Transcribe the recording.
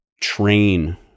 train